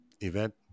event